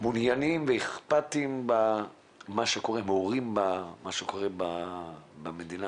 מעוניינים ואכפתיים ומעורים במה שקורה במדינה